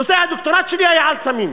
נושא הדוקטורט שלי היה על סמים.